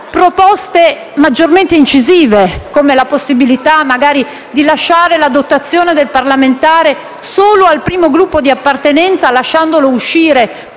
proposte maggiormente incisive, come la possibilità di lasciare la dotazione del parlamentare solo al primo Gruppo di appartenenza, lasciandolo uscire privo